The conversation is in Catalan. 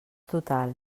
total